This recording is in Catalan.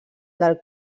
del